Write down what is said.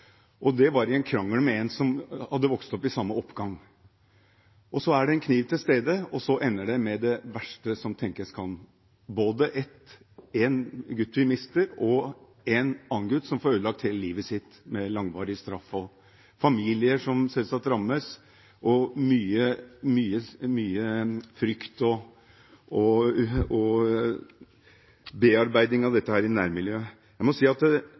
Det var i en krangel med en som hadde vokst opp i samme oppgang. Så er det en kniv til stede, og så ender det med det verste som tenkes kan – både at vi mister en gutt og at en annen gutt får ødelagt hele livet sitt med langvarig straff, og familier som selvsagt rammes, og mye frykt og bearbeiding av dette i nærmiljøet. En sånn hendelse gjør et veldig sterkt inntrykk på meg. Jeg